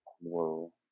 Whoa